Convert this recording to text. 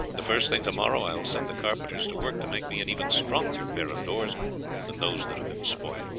the first thing tomorrow i will set the carpenters to work to make me an even stronger pair of doors than those that have been spoilt.